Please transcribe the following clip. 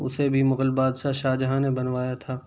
اسے بھی مغل بادشاہ شاہ جہاں نے بنوایا تھا